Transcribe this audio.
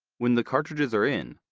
when the cartridges are in,